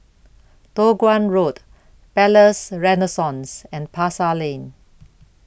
Toh Guan Road Palais Renaissance and Pasar Lane